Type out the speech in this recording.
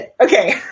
Okay